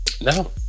No